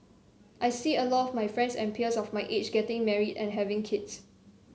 I see a lot my friends and peers of my age getting married and having kids